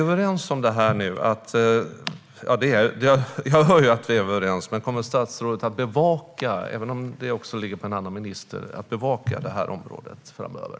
Jag hör att vi är överens, men kommer statsrådet att bevaka - även om det ligger på en annan minister - området framöver?